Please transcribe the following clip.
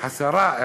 והשרה,